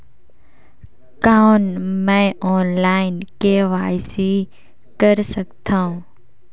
कौन मैं online KYC कर सकथव?